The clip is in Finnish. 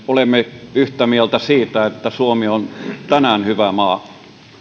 olemme yhtä mieltä siitä että suomi on tänään hyvä maa